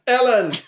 Ellen